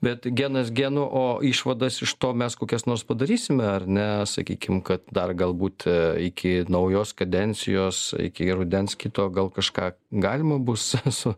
bet genas genu o išvadas iš to mes kokias nors padarysime ar ne sakykim kad dar galbūt iki naujos kadencijos iki rudens kito gal kažką galima bus su